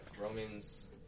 Romans